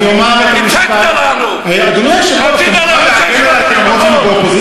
אני אפילו לא מצליח להאמין לך שאתה צועק באמת.